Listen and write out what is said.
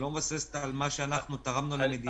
היא לא מבוססת על מה שאנחנו תרמנו למדינה.